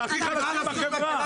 להכי חלשים בחברה,